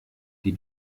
die